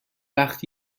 وقت